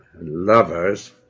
lovers